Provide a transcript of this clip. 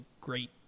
great